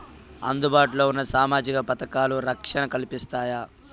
అందుబాటు లో ఉన్న సామాజిక పథకాలు, రక్షణ కల్పిస్తాయా?